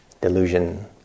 delusion